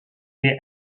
est